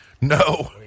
No